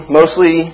mostly